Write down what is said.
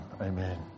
amen